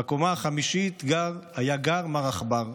בקומה החמישית היה גר מר עכבר,